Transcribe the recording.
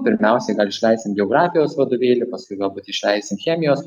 pirmiausiai gal išleisim geografijos vadovėlį paskui galbūt išleisim chemijos